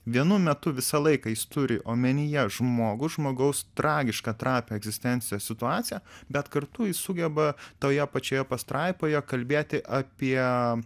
vienų metu visą laiką jis turi omenyje žmogų žmogaus tragišką trapią egzistenciją situaciją bet kartu jis sugeba toje pačioje pastraipoje kalbėti apie